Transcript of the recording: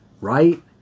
right